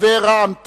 מי נמנע?